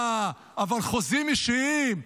אבל חוזים אישיים,